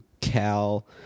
Cal